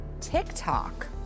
TikTok